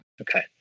Okay